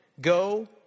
Go